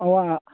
ꯍꯋꯥꯏ